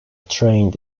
trained